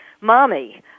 mommy